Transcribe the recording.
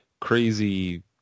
crazy